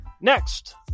next